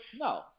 No